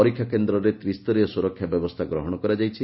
ପରୀକ୍ଷା କେନ୍ଦରେ ତ୍ରିସ୍ଠରୀୟ ସୁରକ୍ଷା ବ୍ୟବସ୍କା ଗ୍ରହଶ କରାଯାଇଛି